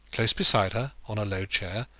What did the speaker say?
close beside her, on a low chair,